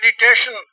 meditation